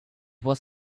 was